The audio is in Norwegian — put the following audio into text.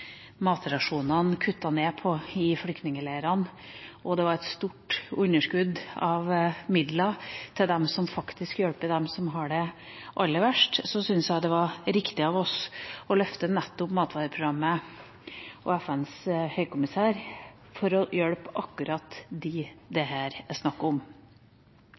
ned på matrasjonene i flyktningleirene, og at det var et stort underskudd av midler til dem som hjelper de som har det aller verst, syns jeg det er riktig av oss å løfte matvareprogrammet og FNs høykommissær for å hjelpe akkurat dem det her er snakk om.